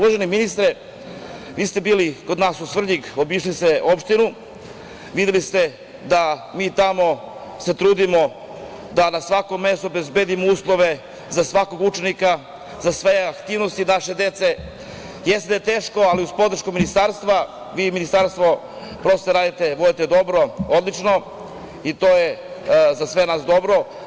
Gospodine ministre, vi ste bili kod nas u Svrljig, obišli ste opštinu, i videli ste da mi se tamo trudimo da na svakom mestu obezbedimo uslove za svakog učenika, za sve aktivnosti naše dece, jeste da je teško, ali uz podršku Ministarstva, vi i vaše Ministarstvo prosvete radite dobro, odlično, i to je za sve nas dobro.